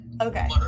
okay